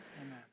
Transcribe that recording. amen